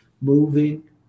moving